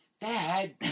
Dad